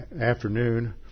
afternoon